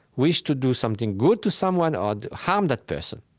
wish to do something good to someone or to harm that person.